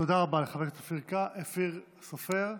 תודה רבה לחבר הכנסת אופיר סופר.